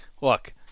Look